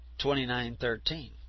29.13